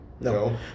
No